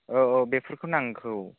औ औ बेफोरखौ नांगौ